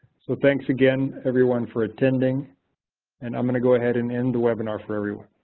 so thanks again everyone for attending and i'm going to go ahead and and webinar for everyone.